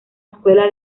escuela